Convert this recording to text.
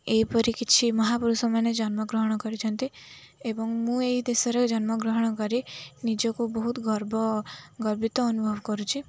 ଏହିପରି କିଛି ମହାପୁରୁଷ ମାନେ ଜନ୍ମଗ୍ରହଣ କରିଛନ୍ତି ଏବଂ ମୁଁ ଏଇ ଦେଶରେ ଜନ୍ମଗ୍ରହଣ କରି ନିଜକୁ ବହୁତ ଗର୍ବ ଗର୍ବିତ ଅନୁଭବ କରୁଛିି